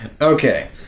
Okay